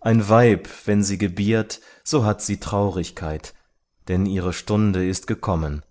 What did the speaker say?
ein weib wenn sie gebiert so hat sie traurigkeit denn ihre stunde ist gekommen